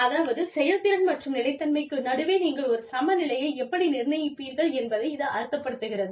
அதாவது செயல்திறன் மற்றும் நிலைத்தன்மைக்கு நடுவே நீங்கள் ஒரு சமநிலையை எப்படி நிர்ணயிப்பீர்கள் என்பதை இது அர்த்தப்படுத்துகிறது